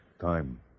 time